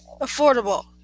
Affordable